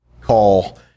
call